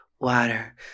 Water